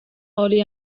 oli